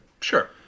Sure